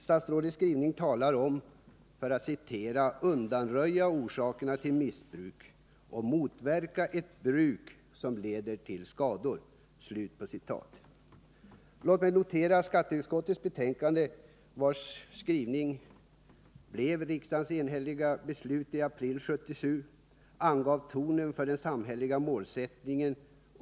Statsrådets skrivning talar om att ”undanröja orsakerna till missbruk av alkohol och att motverka ett bruk som leder till skador”. Låt mig notera att skatteutskottets betänkande, vars skrivning blev riksdagens enhälliga beslut i april 1977, angav tonen för den samhälleliga målsättningen.